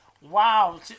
Wow